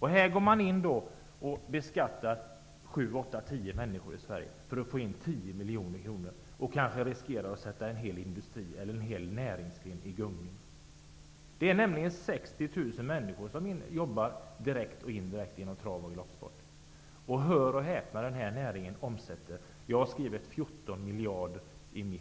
Man går alltså här in och beskattar sju--tio människor i Sverige för att få in 10 miljoner kronor, och kanske riskerar man därmed att sätta en hel näringsgren i gungning. Det är nämligen 60 000 människor som direkt och indirekt jobbar inom trav och galoppsporten. Hör och häpna: Jag har i min reservation skrivit att den här näringen omsätter 14 miljarder, men